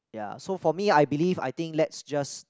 ya so for me I believe I think let's just